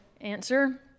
answer